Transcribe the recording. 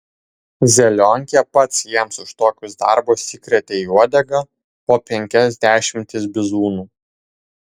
zelionkė pats jiems už tokius darbus įkrėtė į uodegą po penkias dešimtis bizūnų